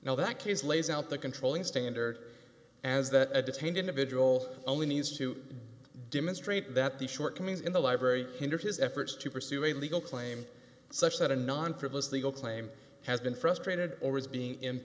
now that case lays out the controlling standard as that a detained individual only needs to demonstrate that the shortcomings in the library hinder his efforts to pursue a legal claim such that a non frivolous legal claim has been frustrated or is being